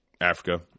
Africa